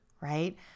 right